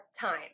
Time